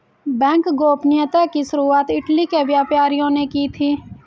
bank गोपनीयता की शुरुआत इटली के व्यापारियों ने की थी